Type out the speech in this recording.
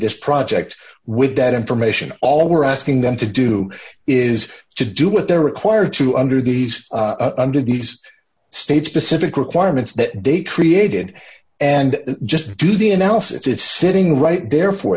this project with that information all we're asking them to do is to do what they're required to under these under these states pacific requirements that they created and just do the analysis it's sitting right there for